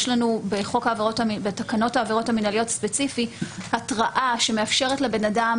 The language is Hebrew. יש אצלנו בתקנות העבירות המינהליות התראה שמאפשרת לבן אדם